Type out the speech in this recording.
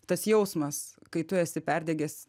tas jausmas kai tu esi perdegęs